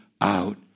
out